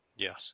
Yes